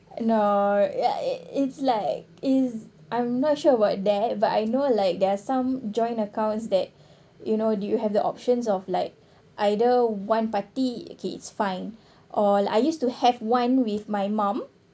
uh ya it it's like it's I'm not sure about that but I know like there are some joint accounts that you know you have the options of like either one party okay it's fine or I used to have one with my mum